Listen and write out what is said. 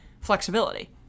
flexibility